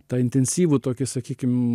tą intensyvų tokį sakykim